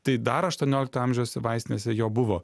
tai dar aštuoniolikto amžiaus vaistinėse jo buvo